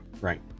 right